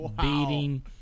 beating